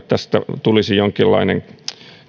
tästä tulisi jonkinlainen